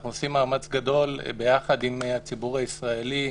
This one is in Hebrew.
אנחנו עושים מאמץ גדול ביחד עם הציבור הישראלי,